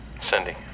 Cindy